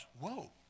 Whoa